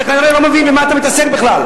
אתה כנראה לא מבין עם מה אתה מתעסק בכלל.